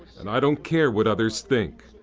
and i don't care what others think.